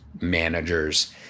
managers